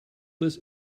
this